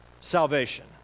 salvation